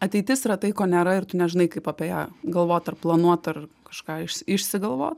ateitis yra tai ko nėra ir tu nežinai kaip apie ją galvot ar planuot ar kažką iš išsigalvot